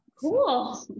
cool